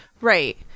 right